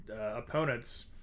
opponents